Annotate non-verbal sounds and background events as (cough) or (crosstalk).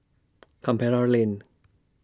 (unintelligible) Lane